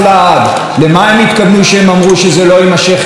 למה הם התכוונו כשהם אמרו שזה לא יימשך כך לעד?